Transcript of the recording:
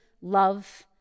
love